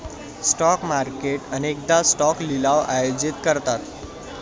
stock market अनेकदा stock लिलाव आयोजित करतात